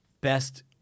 best